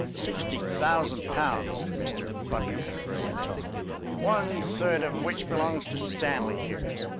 sixty thousand pounds, mr. bundercombe went on one-third of which belongs to stanley here.